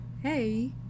Hey